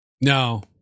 No